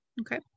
Okay